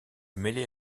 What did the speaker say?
mêler